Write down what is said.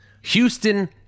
Houston